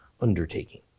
undertaking